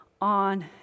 on